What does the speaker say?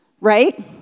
Right